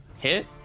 hit